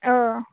औ